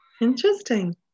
interesting